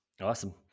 awesome